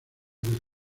del